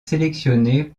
sélectionnée